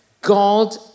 God